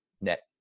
net